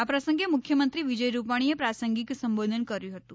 આ પ્રસંગે મુખ્યમંત્રી વિજય રૂપાણીએ પ્રાસંગિક સંબોધન કર્યું હતું